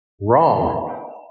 wrong